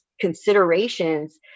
considerations